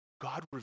God